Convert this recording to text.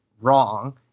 wrong